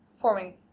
forming